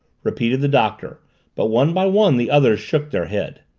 repeated the doctor but one by one the others shook their heads.